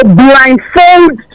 blindfold